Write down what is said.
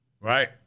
Right